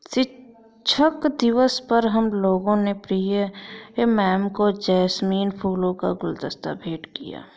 शिक्षक दिवस पर हम लोगों ने प्रिया मैम को जैस्मिन फूलों का गुलदस्ता भेंट किया